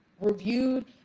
reviewed